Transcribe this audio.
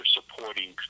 supporting